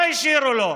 מה השאירו לו?